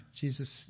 Jesus